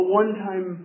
one-time